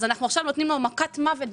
עכשיו נותנים לו מכת מוות,